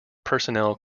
personnel